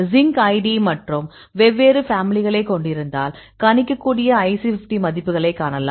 sink id மற்றும் வெவ்வேறு ஃபேமிலிகளை கொண்டிருந்தால் கணிக்கக்கூடிய IC50 மதிப்புகளைக் காணலாம்